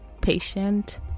patient